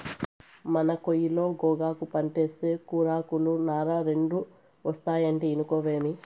మన కయిలో గోగాకు పంటేస్తే కూరాకులు, నార రెండూ ఒస్తాయంటే ఇనుకోవేమి